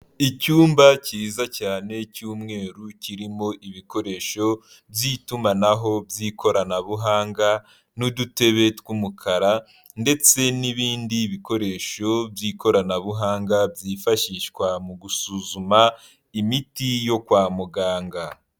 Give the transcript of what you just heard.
Icyumba cyiza cyane, cy'umweru, kirimo ibikoresho by'itumanaho, by'ikoranabuhanga, n'udutebe tw'umukara, ndetse n'ibindi bikoresho by'ikoranabuhanga byifashishwa mu gusuzuma, imiti yo kwa muganga.